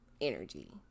energy